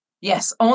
Yes